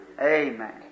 Amen